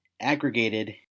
aggregated